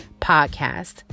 podcast